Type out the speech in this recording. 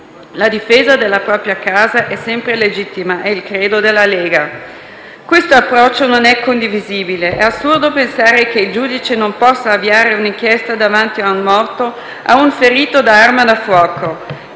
la difesa della propria casa sia sempre legittima è il credo della Lega, ma questo approccio non è condivisibile. È assurdo pensare che il giudice non possa avviare un'inchiesta davanti a un morto, a un ferito da arma da fuoco.